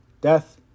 death